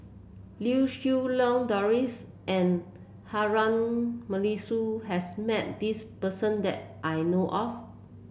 Lau Siew Lang Doris and Harun Aminurrashid has met this person that I know of